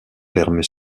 ferme